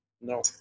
No